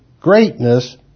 greatness